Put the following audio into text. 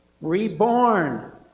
Reborn